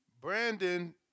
Brandon